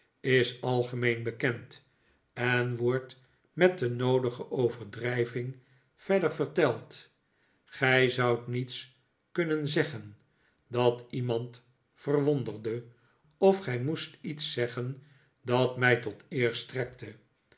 is al algemeen bekend en wordt met de noodige overdrijving verder verteld gij zoudt niets kunnen zeggen dat iemand verwonderde of gij moest iets zeggen dat mij tot eer strekte